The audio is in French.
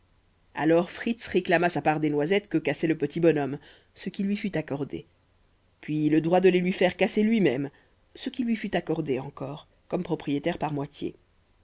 alors fritz réclama sa part des noisettes que cassait le petit bonhomme ce qui lui fut accordé puis le droit de les lui faire casser lui-même ce qui lui fut accordé encore comme propriétaire par moitié